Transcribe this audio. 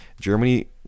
germany